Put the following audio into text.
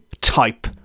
type